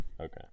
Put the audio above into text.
Okay